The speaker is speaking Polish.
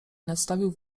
nadstawił